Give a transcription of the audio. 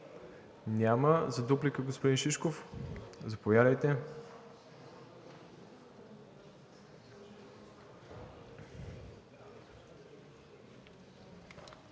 Няма. За дуплика – господин Шишков, заповядайте.